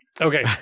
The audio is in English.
Okay